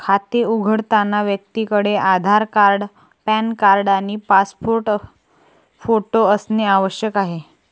खाते उघडताना व्यक्तीकडे आधार कार्ड, पॅन कार्ड आणि पासपोर्ट फोटो असणे आवश्यक आहे